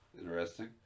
interesting